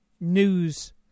news